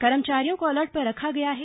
कर्मचारियों को अलर्ट पर रखा गया है